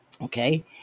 Okay